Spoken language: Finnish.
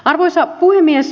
arvoisa puhemies